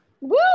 Woo